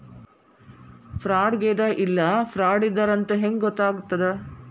ಫ್ರಾಡಾಗೆದ ಇಲ್ಲ ಫ್ರಾಡಿದ್ದಾರಂತ್ ಹೆಂಗ್ ಗೊತ್ತಗ್ತದ?